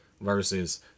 versus